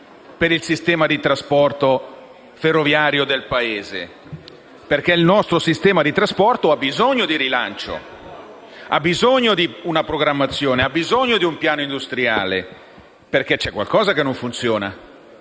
per il sistema di trasporto ferroviario del Paese. Il nostro sistema di trasporto ha bisogno di rilancio, ha bisogno di una programmazione, di un piano industriale, perché qualcosa non funziona.